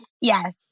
Yes